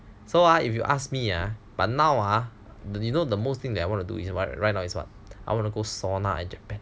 so ah if you ask me ah but now ah you know the most thing that I want to do is what right now is what I want to go sauna at Japan